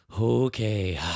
Okay